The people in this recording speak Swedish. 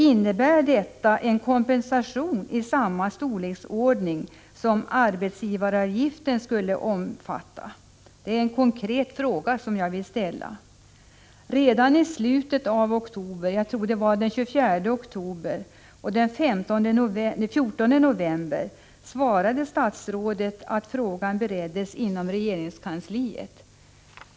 Innebär detta en kompensation av samma storleksordning som arbetsgivaravgiften skulle omfatta? Detta är en konkret fråga som jag vill ställa. Redan i slutet av oktober, jag tror det var den 24, ställdes frågan, och den 14 november svarade statsrådet att frågan bereddes inom regeringskansliet.